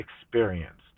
experienced